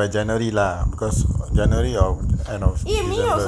by january lah because january of end of the plan